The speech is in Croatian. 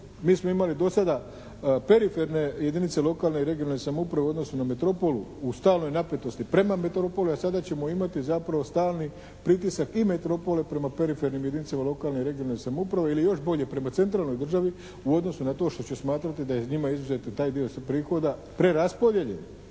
Mi smo imali do sada periferne jedinice lokalne i regionalne samouprave u odnosu na metropolu u stalnoj napetosti prema metropoli, a sada ćemo imati zapravo stalni pritisak i metropole prema perifernim jedinicama lokalne i regionalne samouprave ili još bolje prema centralnoj državi u odnosu na to što će smatrati da iz njima izuzetno taj dio se prihoda preraspodjeli